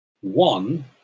One